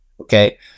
okay